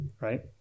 right